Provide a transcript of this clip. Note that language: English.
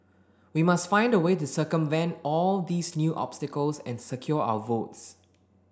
we must find a way to circumvent all these new obstacles and secure our votes